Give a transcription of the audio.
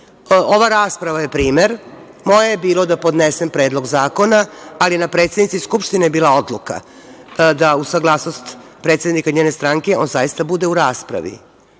Ova rasprava je primer. Moje je bilo da podnesem predlog zakona, ali je na predsednici Skupštine bila odluka da uz saglasnost predsednika njene stranke on zaista bude u raspravi.